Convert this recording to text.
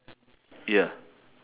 ya